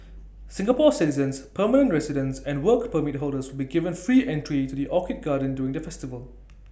Singapore citizens permanent residents and Work Permit holders will be given free entry to the orchid garden during the festival